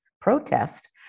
protest